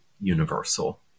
universal